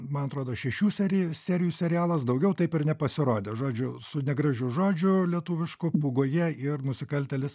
man atrodo šešių serijų serialas daugiau taip ir nepasirodė žodžiu su negražiu žodžiu lietuvišku pūgoje ir nusikaltėlis